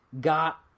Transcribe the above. got